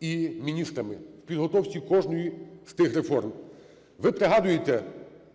і міністрами в підготовці кожної з тих реформ. Ви пригадуєте